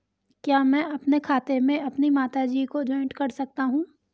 क्या मैं अपने खाते में अपनी माता जी को जॉइंट कर सकता हूँ?